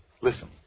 Listen